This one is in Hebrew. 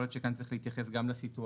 יכול להיות שכאן צריך להתייחס גם לסיטואציה